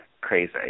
crazy